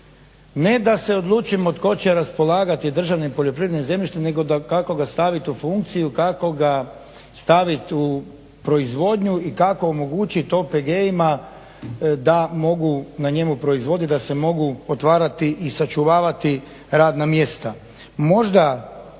ne da se odlučimo tko će raspolagati državnim poljoprivrednim zemljištem nego kako ga staviti u funkciju, kako ga stavit u proizvodnju i kako omogućit OPG-ima da mogu na njemu proizvoditi, da se mogu otvarati i sačuvati radna mjesta. Možda